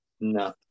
No